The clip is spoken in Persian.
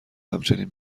همچنین